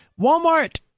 Walmart